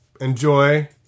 enjoy